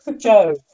Joe